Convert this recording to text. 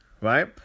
right